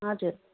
हजुर